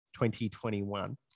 2021